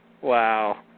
Wow